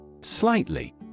Slightly